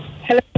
Hello